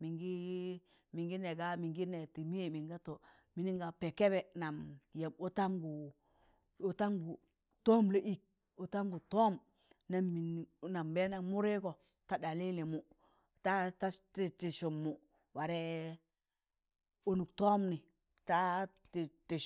mịngị nẹẹ ka mịngị nẹẹ tụ mịyẹ mịnga to mịnịn ga pẹẹ kẹẹbẹ nam yamba ọtam gụ, ọtam gụ tọm lọọ ịk ọtam tọm nam nbẹndam mụdịgọ ta ɗalili mụ ta, ta tị sụm mụ warẹ ụnụk tọm nị, tatị